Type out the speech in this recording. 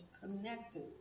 connected